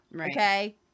okay